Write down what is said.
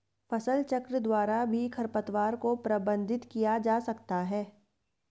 फसलचक्र द्वारा भी खरपतवार को प्रबंधित किया जा सकता है